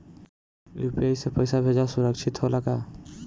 UPI से पैसा भेजल सुरक्षित होला का?